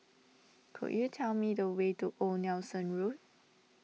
could you tell me the way to Old Nelson Road